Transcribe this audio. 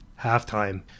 halftime